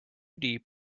deep